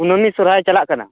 ᱠᱩᱱᱟ ᱢᱤ ᱥᱚᱨᱦᱟᱭ ᱪᱟᱞᱟᱜ ᱠᱟᱱᱟ